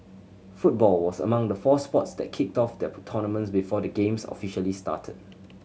football was among the four sports that kicked off their tournaments before the Games officially started